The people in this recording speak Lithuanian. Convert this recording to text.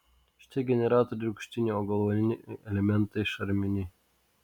šitie generatoriai rūgštiniai o galvaniniai elementai šarminiai